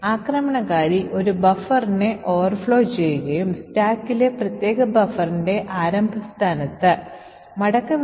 ഒന്ന് main function തുടർന്ന് scan എന്ന് വിളിക്കുന്ന മറ്റൊരു ഫംഗ്ഷൻ main ഫംഗ്ഷൻ സ്കാൻ അഭ്യർത്ഥിച്ച് റിട്ടേൺ ചെയ്യുന്നതാണ്